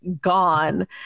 gone